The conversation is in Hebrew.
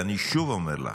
ואני שוב אומר לך,